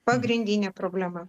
pagrindinė problema